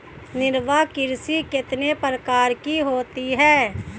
निर्वाह कृषि कितने प्रकार की होती हैं?